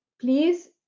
please